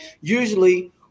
usually